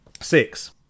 Six